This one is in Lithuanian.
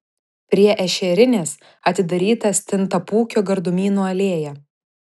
prie ešerinės atidaryta stintapūkio gardumynų alėja